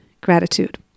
gratitude